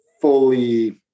fully